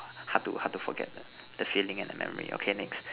hard to hard to forget the feeling and the memory okay next